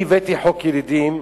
אני הבאתי חוק ילידים,